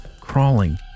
crawling